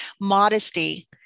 Modesty